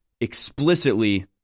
explicitly